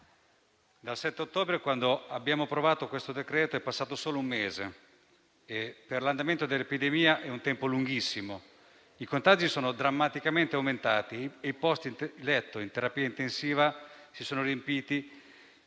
il 7 ottobre, il Governo ha approvato il presente decreto-legge, è passato solo un mese, e per l'andamento dell'epidemia è un tempo lunghissimo: i contagi sono drammaticamente aumentati, i posti letto in terapia intensiva si sono riempiti